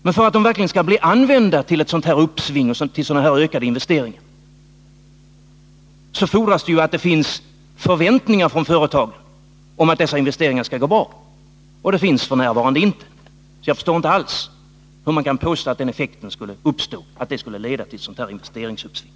Men för att de verkligen skall bli använda för ett sådant här uppsving genom ökade investeringar, så fordras det ju att det finns förväntningar hos företagen om att dessa investeringar skall gå bra, och sådana finns f. n. inte. Jag förstår inte alls hur man kan påstå att detta skulle få den effekten, att det skulle leda till ett sådant investeringsuppsving.